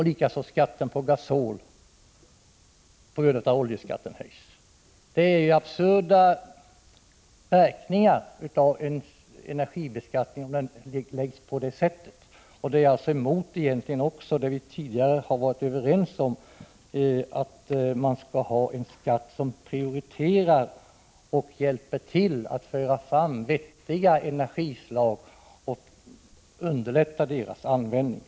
Likaså skulle skatten på gasol ha höjts med hänsyn till oljeskatten. Det är absurda verkningar av att oljebeskattningen utformas som fallet är. Det går emot det som vi tidigare har varit överens om, nämligen att vi skall ha en skatt som prioriterar framtagandet av vettiga energislag och underlättar deras användning.